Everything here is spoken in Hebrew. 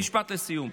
משפט לסיום.